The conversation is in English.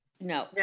No